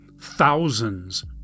thousands